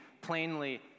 plainly